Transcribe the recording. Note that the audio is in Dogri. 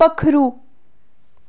पक्खरू